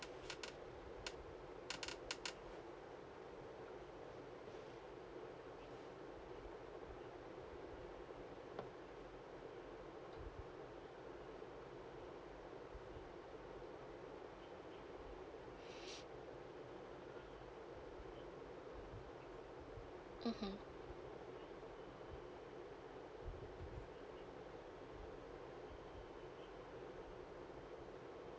mmhmm